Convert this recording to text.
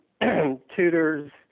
tutors